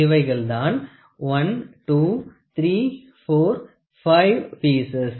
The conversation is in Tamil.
இவைகள் தான் 1 2 3 4 5 பீஸஸ்